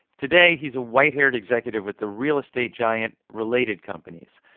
today, he's a white-haired executive with the real estate giant related companies.